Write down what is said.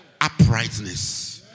uprightness